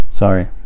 Sorry